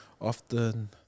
often